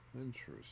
Interesting